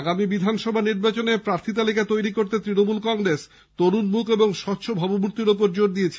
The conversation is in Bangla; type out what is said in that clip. আসন্ন বিধানসভা নির্বাচনে প্রার্থী তালিকা তৈরি করতে তৃণমূল কংগ্রেস তরুণ মুখ ও স্বচ্ছ ভাবমূর্তির উপরে জোর দিয়েছে